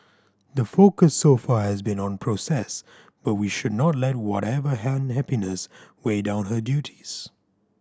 the focus so far has been on process but we should not let whatever unhappiness weigh down her duties